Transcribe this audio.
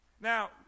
Now